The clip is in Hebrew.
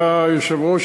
אדוני היושב-ראש,